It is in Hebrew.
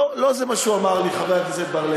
לא, לא זה מה שהוא אמר לי, חבר הכנסת בר-לב.